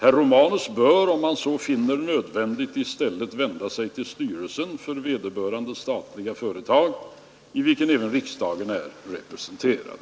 Herr Romanus bör, om han så finner nödvändigt, i stället vända sig till styrelsen för vederbörande statliga företag, i vilken även riksdagen är representerad.